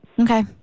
okay